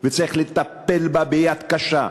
וצריך לטפל בה ביד קשה,